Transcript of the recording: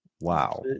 Wow